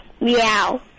Meow